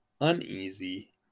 uneasy